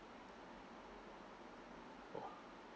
oh